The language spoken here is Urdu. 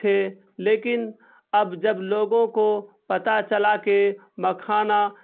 تھے لیکن اب جب لوگوں کو پتہ چلا کہ مکھانا